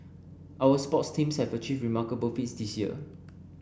our sports teams have achieved remarkable feats this year